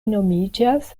nomiĝas